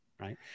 right